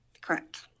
Correct